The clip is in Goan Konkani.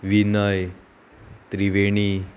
विनय त्रिवेणी